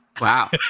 Wow